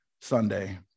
Sunday